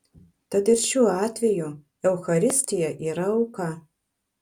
tad ir šiuo atveju eucharistija yra auka